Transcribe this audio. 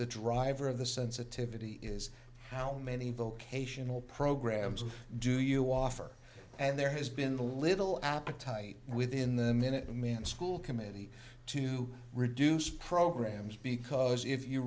the driver of the sensitivity is how many vocational programs do you offer and there has been the little appetite within the minuteman school committee to reduce programs because if you